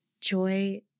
Joy